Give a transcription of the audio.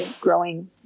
growing